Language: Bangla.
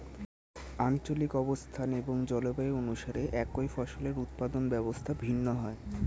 আঞ্চলিক অবস্থান এবং জলবায়ু অনুসারে একই ফসলের উৎপাদন ব্যবস্থা ভিন্ন হয়